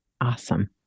Awesome